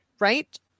Right